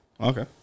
Okay